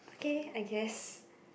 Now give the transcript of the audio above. okay I guess